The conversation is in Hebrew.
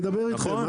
נדבר אתכם,